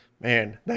man